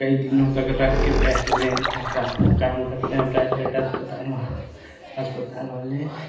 कई दिनों तक रख के पैसे लेने का काम करते हें प्राइभेट अस्पताल वा अस्पताल वाले